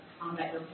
combat